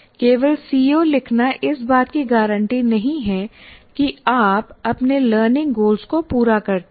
केवल सीओ लिखना इस बात की गारंटी नहीं है कि आप अपने लर्निंग गोल्ज को पूरा करते हैं